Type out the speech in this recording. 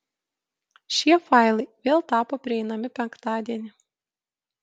šie failai vėl tapo prieinami penktadienį